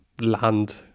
land